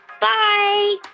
Bye